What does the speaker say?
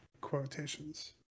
Quotations